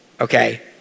Okay